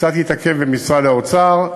זה קצת התעכב במשרד האוצר,